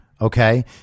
Okay